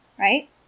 right